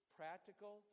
practical